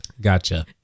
gotcha